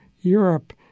Europe